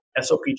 SOP